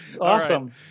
awesome